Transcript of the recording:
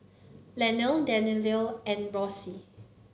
Lanie Danielle and Rose